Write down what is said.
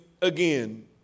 again